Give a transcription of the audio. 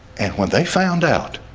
and when they found out